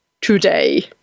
today